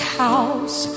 house